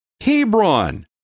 Hebron